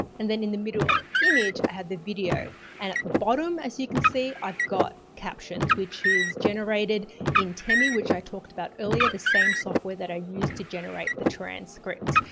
and then in the middle of the image i had the video and at the bottom, as you can see, i've got captions which is generated in temi, which i talked about earlier, the same software that i use to generate the transcripts.